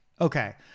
Okay